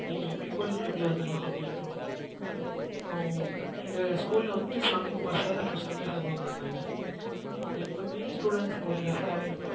நீங்கள் எப்படி போகிறீங்களோ அப்படி வந்துடலாம் அப்படின்னு இருக்கும் அப்புறம் எங்கள் ஸ்கூலில் வந்துட்டு சாமிக்குமார் சார் அப்புறம் சங்கர் சாருன்னு ஒருத்தங்க இருந்தாங்க அவங்க எப்பவுமே ஸ்டுடண்ஸுக்கு ஒரு ரெஃப்பராகவே இருப்பாங்க